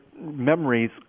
memories